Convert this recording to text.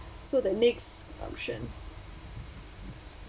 so the next function